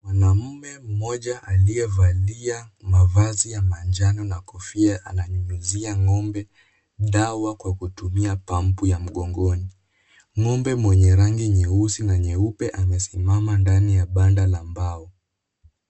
Mwanamume mmoja aliyevalia mavazi ya manjano na kofia ananyunyuzia ng'ombe dawa kwa kutumia pampu ya mgongoni. Ng'ombe mwenye rangi nyeusi na nyeupe amesimama ndani ya banda la mbao.